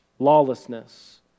Lawlessness